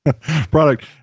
product